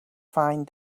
fine